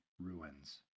ruins